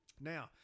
now